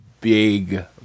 big